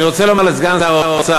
ואני רוצה לומר לסגן שר האוצר: